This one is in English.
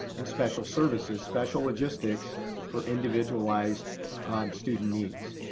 and special services, special logistics for individualized student needs.